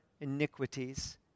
iniquities